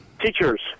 Teachers